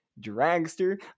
Dragster